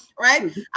right